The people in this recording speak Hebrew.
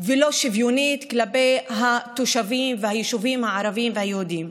ולא שוויונית כלפי התושבים והיישובים הערביים והיהודיים.